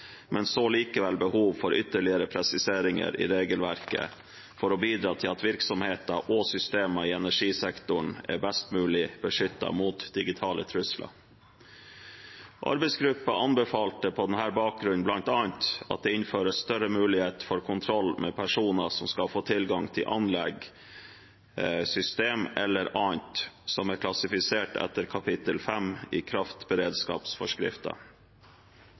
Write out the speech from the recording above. men så likevel behov for ytterligere presiseringer i regelverket for å bidra til at virksomheter og systemer i energisektoren er best mulig beskyttet mot digitale trusler. Arbeidsgruppen anbefalte på denne bakgrunnen bl.a. at det innføres større mulighet for kontroll med personer som skal få tilgang til anlegg, systemer eller annet som er klassifisert etter kapittel 5 i